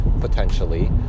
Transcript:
potentially